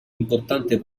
importante